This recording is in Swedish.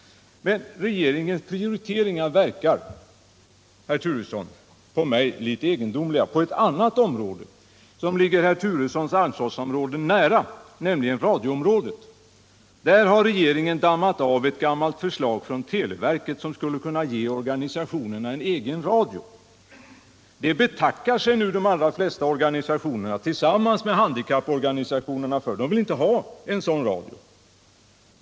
Men regeringens prioriteringar, herr Turesson, verkar för mig litet egendomliga. På ett annat område som ligger herr Turessons ansvarsområde nära, nämligen radioområdet, har regeringen dammat av ett gammalt förslag från televerket som skulle kunna ge organisationerna en egen radio. Det betackar sig nu de allra flesta organisationerna, bl.a. handikapporganisationerna, för. De vill inte ha en sådan radio.